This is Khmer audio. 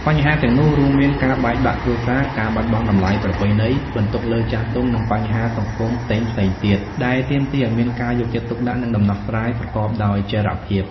បញ្ហាទាំងនោះរួមមានការបែកបាក់គ្រួសារ ការបាត់បង់តម្លៃប្រពៃណី បន្ទុកលើចាស់ទុំ និងបញ្ហាសង្គមផ្សេងៗទៀត ដែលទាមទារឱ្យមានការយកចិត្តទុកដាក់ និងដំណោះស្រាយប្រកបដោយចីរភាព។